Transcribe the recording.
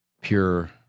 pure